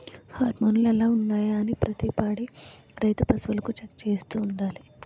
హార్మోన్లు ఎలా ఉన్నాయి అనీ ప్రతి పాడి రైతు పశువులకు చెక్ చేయిస్తూ ఉండాలి